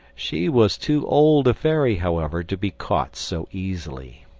she was too old a fairy, however, to be caught so easily.